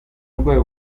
burwayi